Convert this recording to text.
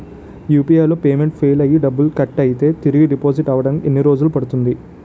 UPI లో payment fail అయ్యి డబ్బులు కట్ అయితే తిరిగి డిపాజిట్ అవ్వడానికి ఎన్ని రోజులు పడుతుంది?